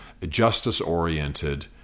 justice-oriented